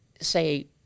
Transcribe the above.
say